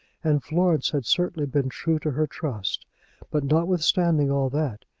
and florence had certainly been true to her trust but, notwithstanding all that,